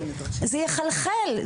זה יחלחל.